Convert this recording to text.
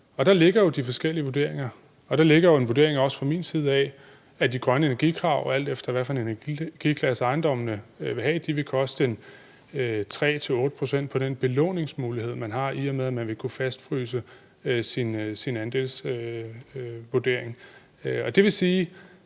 deri ligger jo de forskellige vurderinger og også en vurdering fra min side af det grønne energikrav. Alt efter hvad for en energiklasse ejendommene har, vil det koste 3-8 pct. på den belåningsmulighed, man har, i og med at man vil kunne fastfryse sin andelsvurdering.